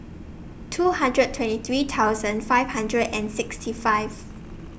two hundred twenty three thousand five hundred and sixty five